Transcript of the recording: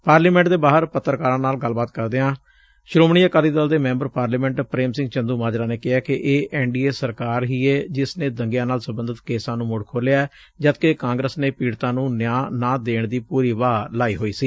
parliament ਦੇ ਬਾਹਰ ਪੱਤਰਕਾਰਾਂ ਨਾਲ ਗੱਲ ਕਰਦਿਆਂ ਸ੍ਰੋਮਣੀ ਅਕਾਲੀ ਦਲ ਦੇ ਮੈਂਬਰ ਪਾਰਲੀਮੈਂਟ ਪ੍ਰੇਮ ਸਿੰਘ ਚੰਦੁਮਾਜਰਾ ਨੇ ਕਿਹੈ ਕਿ ਇਹ ਐਨ ਡੀ ਏ ਸਰਕਾਰ ਹੀ ਏ ਜਿਸ ਨੇ ਦੰਗਿਆਂ ਨਾਲ ਸਬੰਧਤ ਕੇਸਾਂ ਨੂੰ ਮੁੜ ਖੋਲ੍ਹਿਐ ਜਦਕਿ ਕਾਂਗਰਸ ਨੇ ਪੀੜ੍ਹਤਾਂ ਨੂੰ ਨਿਆਂ ਨਾ ਦੇਣ ਦੀ ਪੂਰੀ ਵਾਹ ਲਾਈ ਹੋਈ ਸੀ